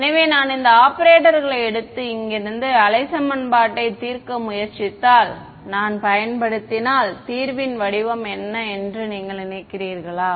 எனவே நான் இந்த ஆபரேட்டர்களை எடுத்து இங்கிருந்து அலை சமன்பாட்டைத் தீர்க்க முயற்சித்தால் நான் பயன்படுத்தினால் தீர்வின் வடிவம் என்று நீங்கள் நினைக்கிறீர்களா